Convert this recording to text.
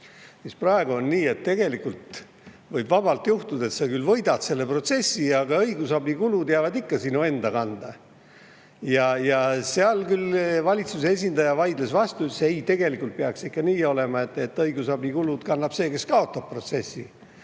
siis praegu on nii, et tegelikult võib vabalt juhtuda, et ta küll võidab selle protsessi, aga õigusabikulud jäävad ikka tema enda kanda. Sellele küll valitsuse esindaja vaidles vastu, ütles, et ei, tegelikult peaks ikka nii olema, et õigusabikulud kannab see, kes kaotab protsessi.